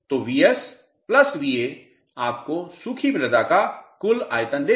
तो Vs Va आपको सूखी मृदा का कुल आयतन देगा